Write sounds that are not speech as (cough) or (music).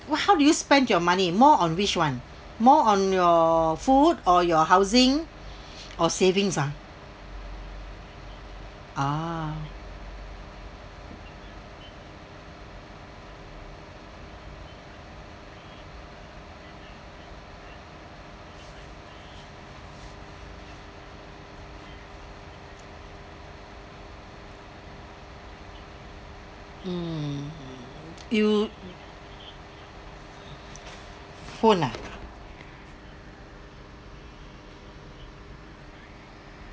wh~ how did you spend your money more on which one more on your food or your housing (breath) or savings ah uh mm you phone ah